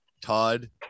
Todd